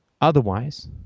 otherwise